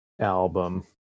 album